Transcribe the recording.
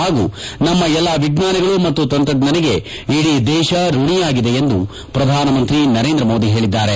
ಹಾಗೂ ನಮ್ನ ಎಲ್ಲಾ ವಿಜ್ಞಾನಿಗಳು ಮತ್ತು ತಂತ್ರಜ್ಞರಿಗೆ ಇಡೀ ದೇಶ ಋಣಿಯಾಗಿದೆ ಎಂದು ಶ್ರಧಾನಮಂತ್ರಿ ನರೇಂದ್ರ ಮೋದಿ ಹೇಳದ್ದಾರೆ